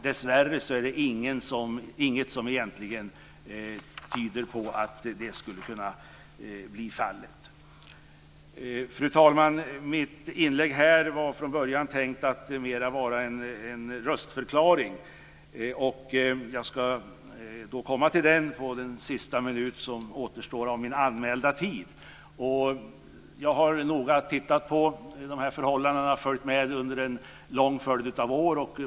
Dessvärre är det inget som egentligen tyder på att det skulle kunna bli fallet. Fru talman! Mitt inlägg var från början tänkt att mera vara en röstförklaring. Jag ska komma till den under den sista minut som återstår av min anmälda tid. Jag har noga tittat på de här förhållandena. Jag har följt med under en lång följd av år.